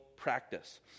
Practice